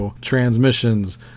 transmissions